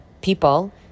people